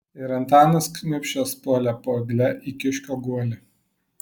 ir antanas kniūbsčias puolė po egle į kiškio guolį